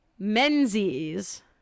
Menzies